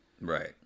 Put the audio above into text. Right